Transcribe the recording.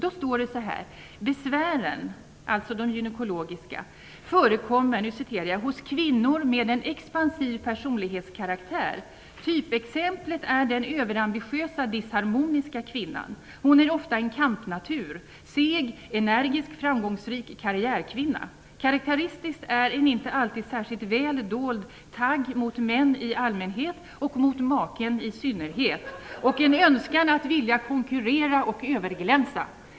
Det heter där: De gynekologiska besvären förekommer "hos kvinnor med en expansiv personlighetskaraktär. - Typexemplet är den överambitiösa, disharmoniska kvinnan. Hon är ofta en kampnatur: seg, energisk, framgångsrik karriärkvinna. Karaktäristiskt är en inte alltid särskilt väl dold tagg mot män i allmänhet och mot maken i synnerhet och en önskan att vilja konkurrera och överglänsa.